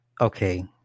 Okay